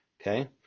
Okay